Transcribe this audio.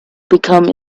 become